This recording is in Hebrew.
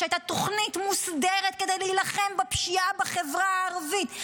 כשהייתה תוכנית מוסדרת כדי להילחם בפשיעה בחברה הערבית,